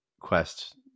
Quest